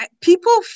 People